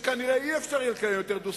כנראה לא יהיה אפשר עוד לקיים דו-שיח